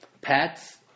pets